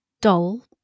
dull